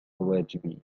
واجبي